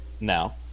now